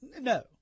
no